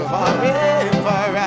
Forever